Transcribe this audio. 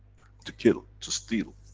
to kill, to steal.